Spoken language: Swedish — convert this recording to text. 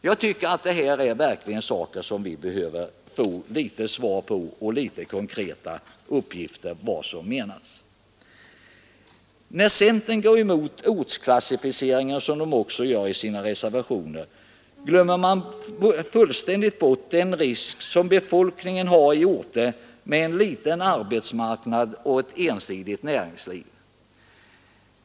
Vi behöver verkligen få konkreta uppgifter om vad centerpartiet menar på dessa punkter. När centern går emot ortsklassificeringen, som partiet också gör i sina reservationer, glömmer man fullständigt bort den risk som befolkningen utsätts för på orter med en liten arbetsmarknad och ett ensidigt näringsliv.